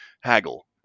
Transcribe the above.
haggle